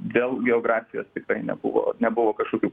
dėl geografijos tikrai nebuvo nebuvo kažkokių